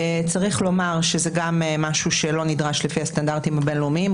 צריך לומר שזה גם משהו שלא נדרש לפי הסטנדרטים הבין-לאומיים.